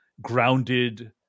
grounded